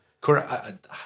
Correct